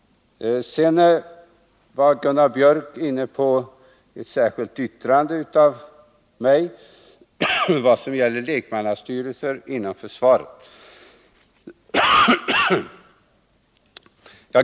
Sedan var Gunnar Björk i Gävle inne på ett särskilt yttrande av mig beträffande lekmannastyrelser inom försvaret.